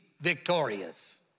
victorious